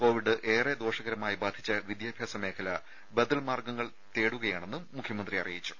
Covid ഏറെ ദോഷകരമായി ബാധിച്ച വിദ്യാഭ്യാസ മേഖല ബദൽ മാർഗങ്ങൾ തേടുകയാണെന്നും മുഖ്യമന്ത്രി അറിയിച്ചു